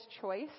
choice